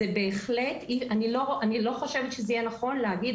אני לא חושבת שזה יהיה נכון להגיד,